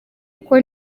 kuko